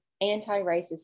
anti-racist